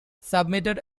submitted